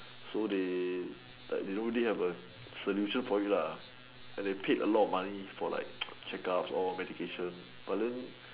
so they like they don't really have a solution for it lah and they paid a lot of money for like checkups and medication but then